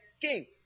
king